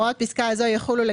הוראות פסקה זו יחולו,